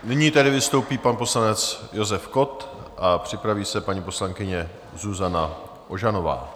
Nyní tedy vystoupí pan poslanec Josef Kott, připraví se paní poslankyně Zuzana Ožanová.